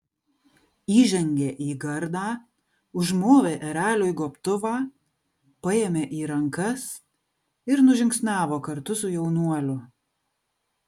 įžengė į gardą užmovė ereliui gobtuvą paėmė į rankas ir nužingsniavo kartu su jaunuoliu